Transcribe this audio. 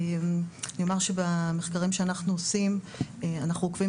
אני אומר שבמחקרים שאנחנו עושים אנחנו עוקבים